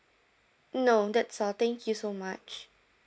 no that's all thank you so much